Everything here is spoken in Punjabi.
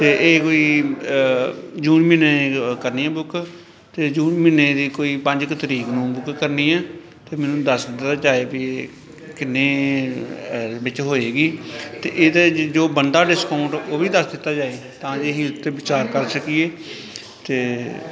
ਅਤੇ ਇਹ ਕੋਈ ਜੂਨ ਮਹੀਨੇ ਕਰਨੀ ਹੈ ਬੁੱਕ ਅਤੇ ਜੂਨ ਮਹੀਨੇ ਦੀ ਕੋਈ ਪੰਜ ਕੁ ਤਰੀਕ ਨੂੰ ਬੁੱਕ ਕਰਨੀ ਹੈ ਅਤੇ ਮੈਨੂੰ ਦੱਸ ਦਿੱਤਾ ਜਾਵੇ ਵੀ ਕਿੰਨੇ ਵਿੱਚ ਹੋਏਗੀ ਅਤੇ ਇਹਦੇ ਜੋ ਬਣਦਾ ਡਿਸਕਾਊਂਟ ਉਹ ਵੀ ਦੱਸ ਦਿੱਤਾ ਜਾਵੇ ਤਾਂ ਜੋ ਅਸੀਂ ਉਹ 'ਤੇ ਵਿਚਾਰ ਕਰ ਸਕੀਏ ਅਤੇ